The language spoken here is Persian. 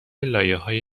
لایههای